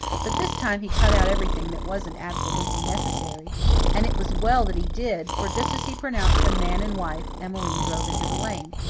but this time he cut out everything that wasn't absolutely necessary and it was well that he did, for just as he pronounced them man and wife, emmeline drove into the lane.